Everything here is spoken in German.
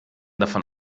davon